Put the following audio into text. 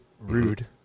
Rude